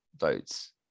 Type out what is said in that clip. votes